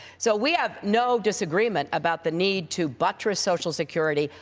so we have no disagreement about the need to buttress social security,